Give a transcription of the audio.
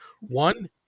One